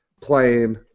playing